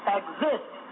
exist